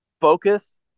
Focus